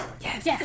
Yes